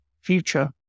future